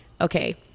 okay